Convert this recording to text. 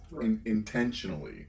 intentionally